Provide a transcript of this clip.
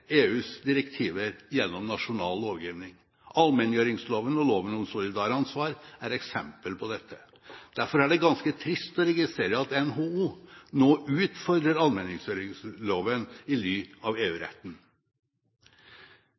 EUs direktiver gjennom nasjonal lovgivning. Allmenngjøringsloven og det som gjelder solidaransvar, er eksempler på dette. Derfor er det ganske trist å registrere at NHO nå utfordrer allmenngjøringsloven i ly av